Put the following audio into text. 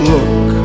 Look